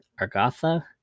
Argatha